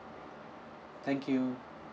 thank you